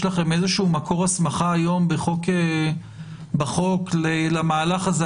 לכם איזשהו מקור הסמכה היום בחוק למהלך הזה,